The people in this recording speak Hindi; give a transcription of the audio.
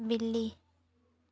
बिल्ली